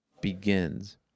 begins